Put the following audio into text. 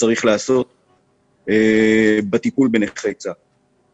שצריך לעשות בטיפול בנכי צה"ל.